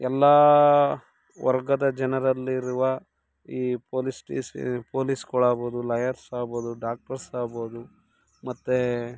ಎಲ್ಲ ವರ್ಗದ ಜನರಲ್ಲಿರುವ ಈ ಪೊಲೀಸ್ ಸ್ಟೇಷ್ ಪೊಲೀಸುಗಳಾಗ್ಬೋದು ಲಾಯರ್ಸ್ ಆಗ್ಬೋದು ಡಾಕ್ಟರ್ಸ್ ಆಗ್ಬೋದು ಮತ್ತು